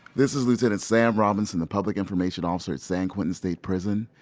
this is lieutenant sam robinson, the public information officer at san quentin state prison.